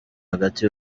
hagati